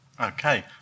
Okay